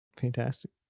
Fantastic